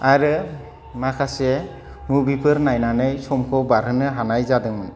आरो माखासे मुबिफोर नायनानै समखौ बारहोनो हानाय जादोंमोन